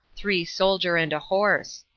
three soldier and a horse.